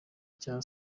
cya